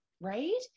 Right